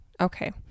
okay